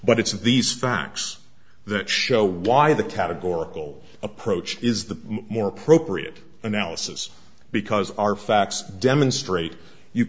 but it's of these facts that show why the categorical approach is the more appropriate analysis because our facts demonstrate you